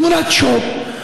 תמונת "שואו",